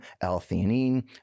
L-theanine